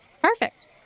Perfect